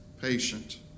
patient